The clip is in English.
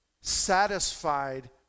satisfied